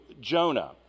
Jonah